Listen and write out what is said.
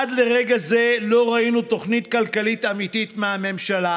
עד לרגע זה לא ראינו תוכנית כלכלית אמיתית מהממשלה